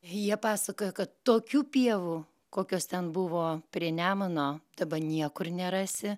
jie pasakoja kad tokių pievų kokios ten buvo prie nemuno daba niekur nerasi